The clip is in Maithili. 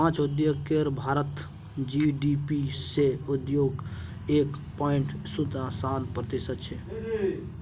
माछ उद्योग केर भारतक जी.डी.पी मे योगदान एक पॉइंट शुन्ना सात प्रतिशत छै